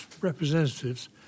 representatives